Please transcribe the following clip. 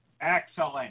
Excellent